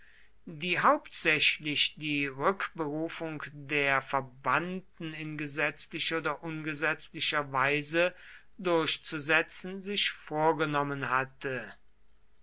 die hauptsächlich die rückberufung der verbannten in gesetzlicher oder ungesetzlicher weise durchzusetzen sich vorgenommen hatte